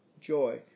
joy